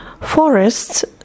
Forests